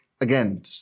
again